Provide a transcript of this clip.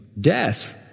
death